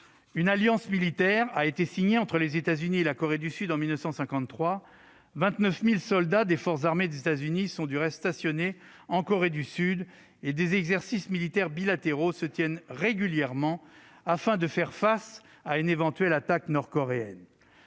Une alliance militaire a été signée entre les États-Unis et la Corée du Sud en 1953, aux termes de laquelle 29 000 soldats des forces armées des États-Unis demeurent stationnés en Corée du Sud ; des exercices militaires bilatéraux se tiennent régulièrement afin de faire face à une éventuelle attaque nord-coréenne.